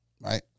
right